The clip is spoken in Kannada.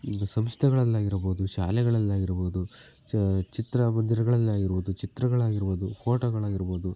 ಒಂದು ಸಂಸ್ಥೆಗಳಲ್ಲಾಗಿರ್ಬೋದು ಶಾಲೆಗಳಲ್ಲಾಗಿರ್ಬೋದು ಚ ಚಿತ್ರಮಂದಿರಗಳಲ್ಲಾಗಿರ್ಬೋದು ಚಿತ್ರಗಳಾಗಿರ್ಬೋದು ಫ಼ೋಟೋಗಳಾಗಿರ್ಬೋದು